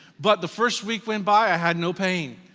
but the first week went by, i had no pain,